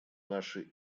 наши